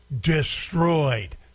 destroyed